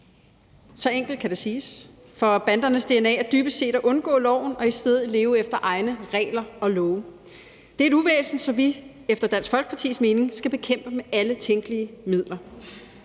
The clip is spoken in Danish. Så enkelt kan det siges. For bandernes dna er dybest set at undgå loven og i stedet at leve efter egne regler og love. Det er et uvæsen, som vi efter Dansk Folkepartis mening skal bekæmpe med alle tænkelige midler.